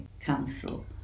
council